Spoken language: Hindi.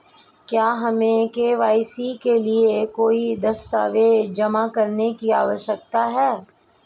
क्या हमें के.वाई.सी के लिए कोई दस्तावेज़ जमा करने की आवश्यकता है?